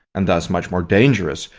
and thus much more dangerous,